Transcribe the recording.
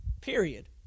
period